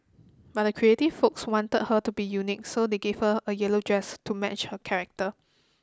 but the creative folks wanted her to be unique so they gave her a yellow dress to match her character